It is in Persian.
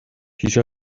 پیش